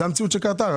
זו המציאות שקרתה.